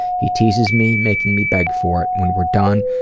he teases me, making me beg for it. when we're done,